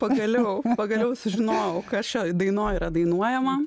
pagaliau pagaliau sužinojau kas šioj dainoj yra dainuojama